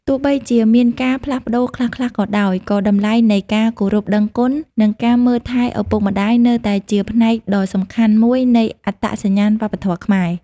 ទោះបីជាមានការផ្លាស់ប្តូរខ្លះៗក៏ដោយ ក៏តម្លៃនៃការគោរពដឹងគុណ និងការមើលថែឪពុកម្តាយនៅតែជាផ្នែកដ៏សំខាន់មួយនៃអត្តសញ្ញាណវប្បធម៌ខ្មែរ។